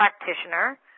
practitioner